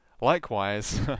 Likewise